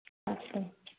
okay